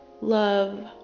love